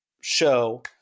show